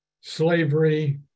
slavery